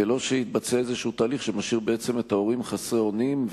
ולא שיתבצע איזשהו תהליך שמשאיר את ההורים חסרי אונים,